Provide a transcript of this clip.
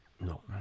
No